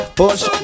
push